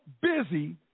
busy